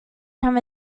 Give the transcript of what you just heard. from